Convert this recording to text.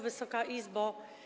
Wysoka Izbo!